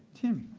tim.